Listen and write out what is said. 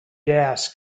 gas